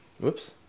whoops